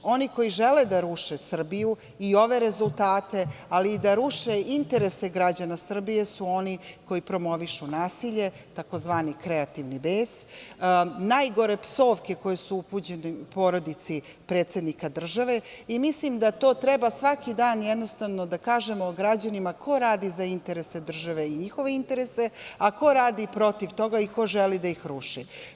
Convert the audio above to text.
Oni koji žele da ruše Srbiju i ove rezultate, ali i da ruše interese građane Srbije, su oni koji promovišu naselje, tzv. kreativni bes, najgore psovke koje su upućene porodici predsednika države i mislim da to treba svaki dan da kažemo građanima ko radi za interese države i njihove interese a ko radi protiv toga i ko želi da ih ruši.